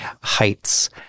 heights